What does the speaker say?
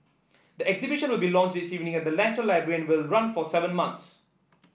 the exhibition will be launched this evening at the National Library and will run for seven months